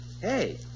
Hey